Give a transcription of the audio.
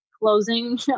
closing